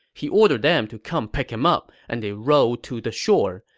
he ordered them to come pick him up, and they rowed to the shore.